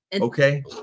Okay